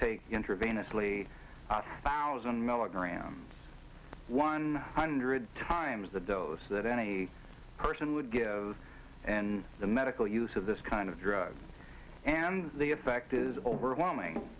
take intravenously thousand milligrams one hundred times the dose that any person would give and the medical use of this kind of drugs and the effect is overwhelming